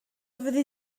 fyddi